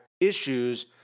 issues